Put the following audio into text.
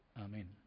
Amen